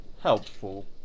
Helpful